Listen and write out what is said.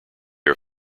are